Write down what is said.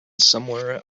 somewhere